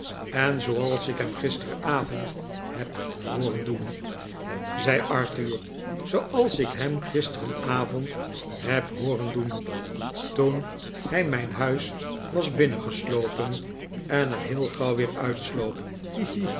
en zooals ik hem gisteravond heb hooitim n i k o laas nickleby ren doen zei arthur zooals ik hem gisteravond heb hooren doen toen hij mijn huis was binnengeslopen en er heel gauw weer uitsloop